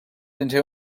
into